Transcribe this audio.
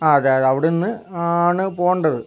ആ അതെ അതെ അവിടുന്ന് ആണ് പോകണ്ടത്